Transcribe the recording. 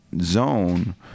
zone